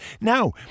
Now